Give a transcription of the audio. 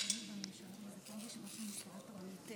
בשם הממשלה על הצעת האי-אמון בנושא התוכנית